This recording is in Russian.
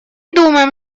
думаем